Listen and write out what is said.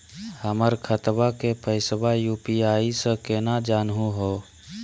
हमर खतवा के पैसवा यू.पी.आई स केना जानहु हो?